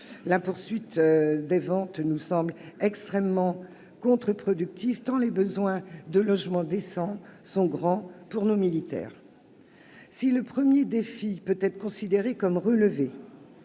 la poursuite des ventes nous semble extrêmement contre-productive, tant les besoins de logements décents sont grands pour nos militaires. Si le premier défi peut être considéré comme relevé,